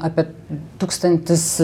apie tūkstantis